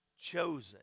chosen